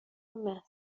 مثل